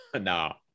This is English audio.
No